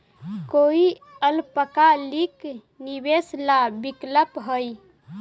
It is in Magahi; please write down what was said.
कोई अल्पकालिक निवेश ला विकल्प हई?